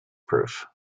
proof